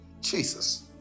Jesus